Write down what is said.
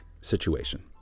situation